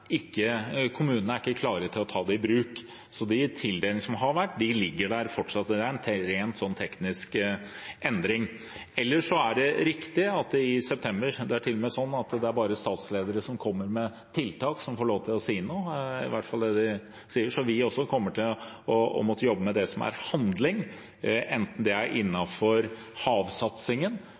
er ikke kommunene klare til å ta i bruk. De tildelingene som har vært, ligger der fortsatt, så det er en rent teknisk endring. Ellers er det riktig at det i september til og med er sånn at det bare er statsledere som kommer med tiltak, som får lov til å si noe – i hvert fall er det det de sier – så vi kommer også til å måtte jobbe med det som er handling, bl.a. innenfor havsatsingen. Når de er